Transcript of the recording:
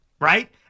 right